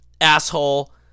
asshole